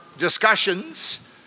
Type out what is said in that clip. discussions